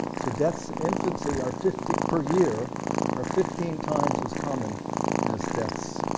so deaths in infancy are fifty per year are fifteen times as common as deaths